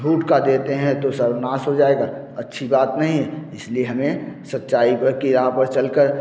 झूठ कह देते हैं तो सर्वनाश हो जाएगा अच्छी बात नहीं है इस लिए हमें सच्चाई भर की राह पर चल कर